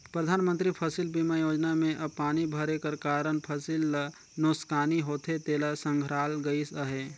परधानमंतरी फसिल बीमा योजना में अब पानी भरे कर कारन फसिल ल नोसकानी होथे तेला संघराल गइस अहे